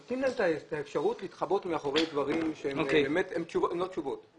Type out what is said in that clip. נותנים אתה אפשרות להתחבא מאחורי דברים שהם לא תשובות.